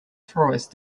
forest